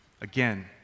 again